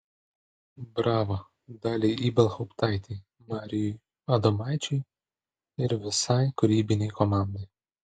bravo daliai ibelhauptaitei marijui adomaičiui ir visai kūrybinei komandai